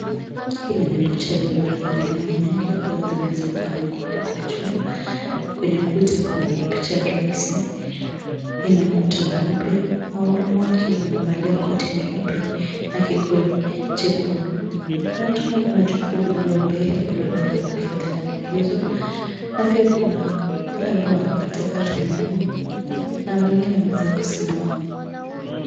Hili ni (cs)butchery(cs) ambayo ina nyama mingi ambazo zimeweza kuanikwa juu kwenye ukuta kuna picha ya raisi ina ukuta mweupe na wahudumu wake wamevalia koti nyeupe na kikoi chekundu na tuna jokovu lilo mbele amabalo ni la kuhifadhi nyama hizo na pia kuna wale amabao wanakatakata nyama na wengine wameweza kusimama.